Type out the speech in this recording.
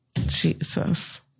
Jesus